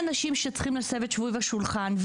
מי האנשים שצריכים לשבת סביב השולחן,